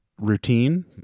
routine